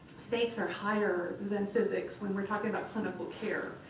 stakes are higher than physics when we're talking about clinical care.